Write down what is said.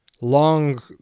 long